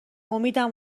امیدم